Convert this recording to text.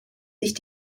sich